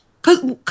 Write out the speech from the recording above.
cause